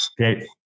Okay